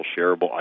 shareable